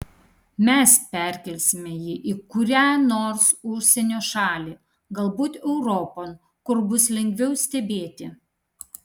mes perkelsime jį į kurią nors užsienio šalį galbūt europon kur bus lengviau stebėti